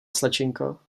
slečinko